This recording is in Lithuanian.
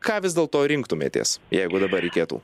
ką vis dėlto rinktumėtės jeigu dabar reikėtų